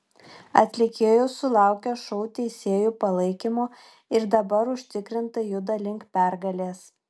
atlikėjos sulaukė šou teisėjų palaikymo ir dabar užtikrintai juda link pergalės